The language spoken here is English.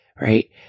Right